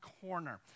corner